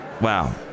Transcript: Wow